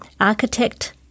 architect